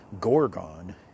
Gorgon